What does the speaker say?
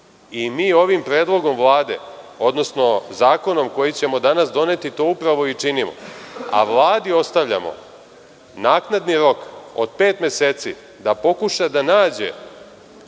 Mi ovim predlogom Vlade, odnosno zakonom koji ćemo danas doneti to upravo i činimo. Vladi ostavljamo naknadni rok od pet meseci, što je